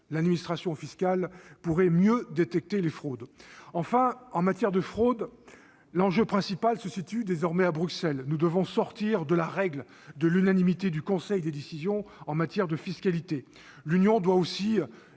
l'administration fiscale pourrait mieux détecter les fraudes. Enfin, en matière de fraude, l'enjeu principal se situe désormais à Bruxelles. Nous devons sortir de la règle de l'unanimité du Conseil pour les décisions en matière de fiscalité. L'Union européenne